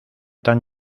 tan